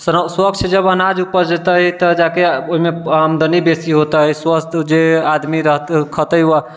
स्वच्छ जब अनाज उपजतै तऽ जाके ओहिमे आमदनी बेसी होतै स्वस्थ जे आदमी रह खेतै